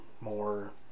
more